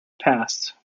past